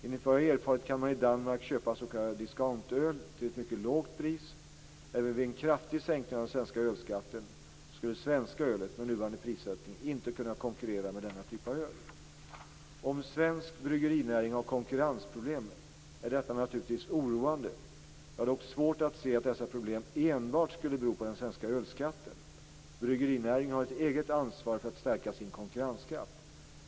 Enligt vad jag har erfarit kan man i Danmark köpa s.k. discount-öl till ett mycket lågt pris. Även vid en kraftig sänkning av den svenska ölskatten skulle det svenska ölet, med nuvarande prissättning, inte kunna konkurrera med denna typ av öl. Om svensk bryggerinäring har konkurrensproblem är detta naturligtvis oroande. Jag har dock svårt att se att dessa problem enbart skulle bero på den svenska ölskatten. Bryggerinäringen har ett eget ansvar för att stärka sin konkurrenskraft.